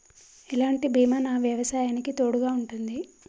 ఎలాంటి బీమా నా వ్యవసాయానికి తోడుగా ఉంటుంది?